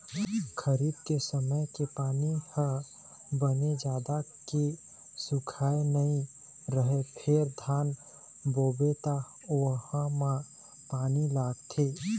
खरीफ के समे के पानी ह बने जात के सुखाए नइ रहय फेर धान बोबे त वहूँ म पानी लागथे